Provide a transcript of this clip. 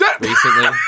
recently